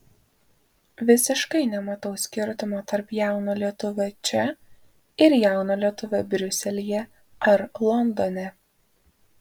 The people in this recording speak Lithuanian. visiškai nematau skirtumo tarp jauno lietuvio čia ir jauno lietuvio briuselyje ar londone